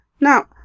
Now